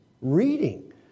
Reading